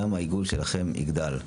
גם העיגול שלכם יגדל.".